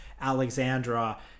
Alexandra